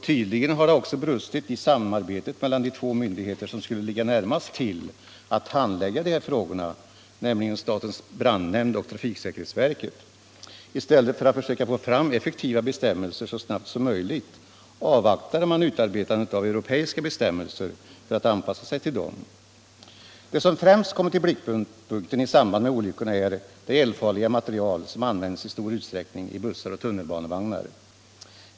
Tydligen har det också brustit i samarbetet mellan de två myndigheter som skulle ligga närmast till att handlägga de här frågorna, nämligen statens brandnämnd och trafiksäkerhetsverket. I stället för att försöka få fram effektiva bestämmelser så snabbt som möjligt avvaktar man utarbetandet av europeiska bestämmelser för att anpassa sig till dessa. Det som främst kommit i blickpunkten i samband med olyckorna är det eldfarliga material som i stor utsträckning används i bussar och tunnelbanevagnar.